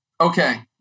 Okay